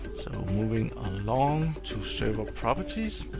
so moving along to server properties.